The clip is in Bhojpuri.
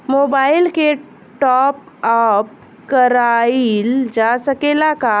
मोबाइल के टाप आप कराइल जा सकेला का?